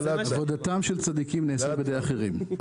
עבודתם של צדיקים נעשית בידי אחרים.